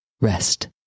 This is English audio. rest